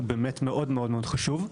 הוא באמת מאוד מאוד חשוב.